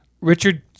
richard